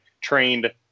trained